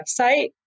website